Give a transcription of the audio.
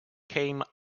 came